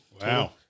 Wow